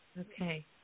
Okay